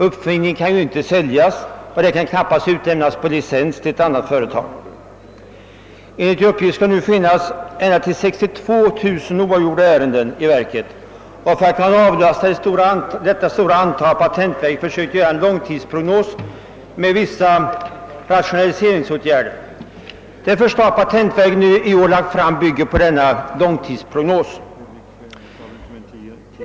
Uppfinningen kan ju inte säljas, och tillverkningen kan knappast utlämnas på licens till andra företag. Enligt uppgift lär det nu finnas cirka 62 000 oavgjorda patentärenden i verket. För att avlasta denna stora balans har patentverket försökt göra en långtidsprognos med insättande av vissa rationaliseringsåtgärder, och det förslag som patentverket i år lagt fram bygger på denna långtidsprognos.